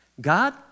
God